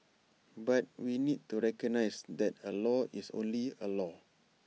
but we need to recognise that A law is only A law